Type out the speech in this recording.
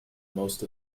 most